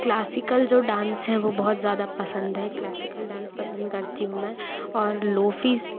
classical जो dance है वो बहुत ज़्यादा पसंद है क्लासिकल डांस पसंद करती हूँ मैं और लोफ़ीस